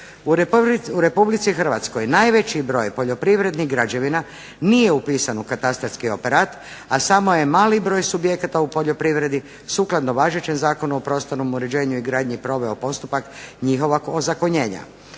U Republici Hrvatskoj najveći broj poljoprivrednih građevina nije upisan u katastarski operat, a samo je mali broj subjekata u poljoprivredi sukladno važećem Zakonu o prostornom uređenju i gradnji proveo postupak njihovog ozakonjenja.